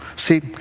See